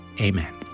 Amen